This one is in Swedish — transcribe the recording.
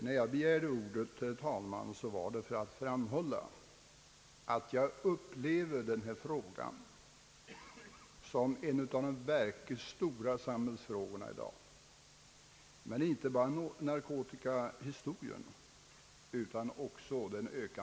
När jag begärde ordet, herr talman, var det för att framhålla att jag upplever narkotikaproblemet och den ökande brottsligheten som en av de verkligt stora samhällsfrågorna.